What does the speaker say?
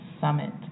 summit